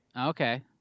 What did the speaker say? Okay